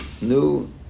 new